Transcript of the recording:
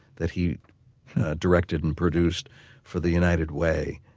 that he directed and produced for the united way,